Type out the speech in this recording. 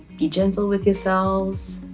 be gentle with yourselves,